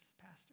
Pastor